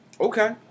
Okay